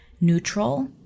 neutral